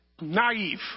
Naive